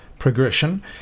Progression